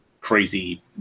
crazy